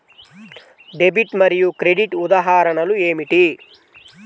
Debit మరియు credit ఉదాహరణలు ఏమిటీ?